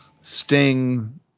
Sting